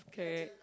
correct